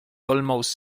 almost